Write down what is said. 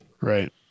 Right